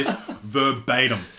verbatim